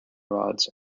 rods